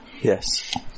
Yes